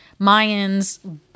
Mayans